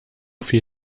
viel